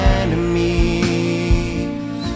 enemies